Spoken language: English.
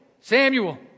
Samuel